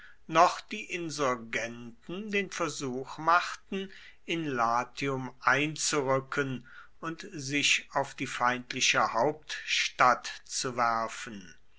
noch die insurgenten den versuch machten in latium einzurücken und sich auf die feindliche hauptstadt zu werfen